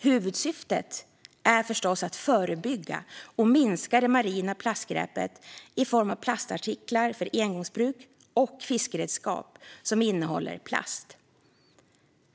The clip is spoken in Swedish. Huvudsyftet är förstås att förebygga och minska det marina plastskräpet i form av plastartiklar för engångsbruk och fiskeredskap som innehåller plast.